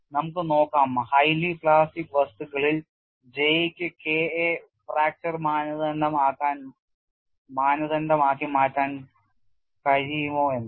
നമുക്ക് നോക്കാം highly plastic വസ്തുക്കളിൽ J ക്ക് K യെ ഫ്രാക്ചർ മാനദണ്ഡം ആക്കി മാറ്റാൻ കഴിയും